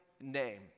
name